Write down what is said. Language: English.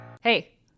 Hey